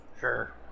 Sure